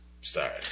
Sorry